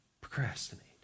Procrastinate